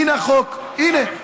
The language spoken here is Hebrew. הינה, החוק, הינה.